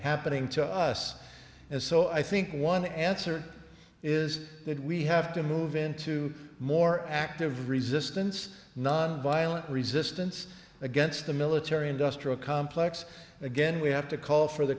happening to us and so i think one answer is that we have to move into more active resistance nonviolent resistance against the military industrial complex again we have to call for the